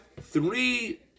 three